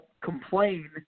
complain